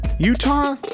Utah